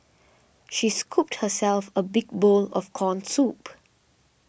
she scooped herself a big bowl of Corn Soup